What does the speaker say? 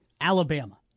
Alabama